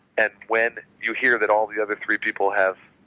and when you hear that all the other three people have